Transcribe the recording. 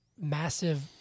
massive